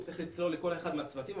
צריך לצלול לכל אחד מהצוותים,